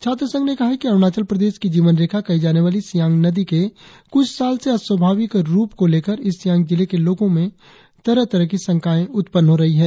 छात्र संघ ने कहा है कि अरुणाचल प्रदेश की जीवन रेखा कहीं जाने वाली सियां नदी के कुछ साल से अस्वाभाविक रुप को लेकर ईस्ट सियांग जिले के लोगों के मन में तरह तरह के शंकाए उत्पन्न हो रही है